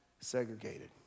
segregated